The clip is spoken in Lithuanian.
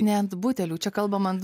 ne ant butelių čia kalbama ant